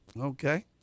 Okay